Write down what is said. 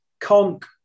Conk